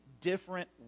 different